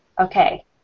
okay